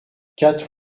quatre